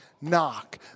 knock